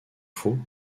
faux